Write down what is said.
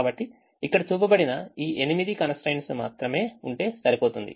కాబట్టి ఇక్కడ చూపబడిన ఈ ఎనిమిది constraints మాత్రమే ఉంటే సరిపోతుంది